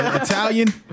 Italian